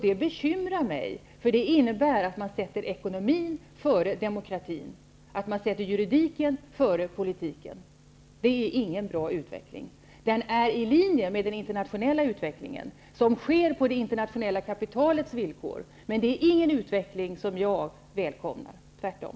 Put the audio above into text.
Det bekymrar mig, eftersom det innebär att man sätter ekonomin före demokratin och juridiken före politiken. Det är ingen bra utveckling. Den är i linje med den internationella utvecklingen, som sker på det internationella kapitalets villkor. Men det är ingen utveckling som jag välkomnar. Tvärtom!